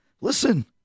Listen